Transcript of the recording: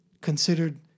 considered